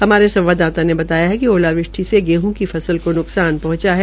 हमारे संवाददाता ने बताया कि ओलावृष्टि से गेहूं की फसल को न्कसान पहंचा है